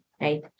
right